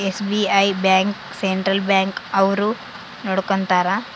SBI bank central bank ಅವ್ರು ನೊಡ್ಕೋತರ